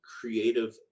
creative